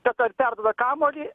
kad ar perduoda kamuolį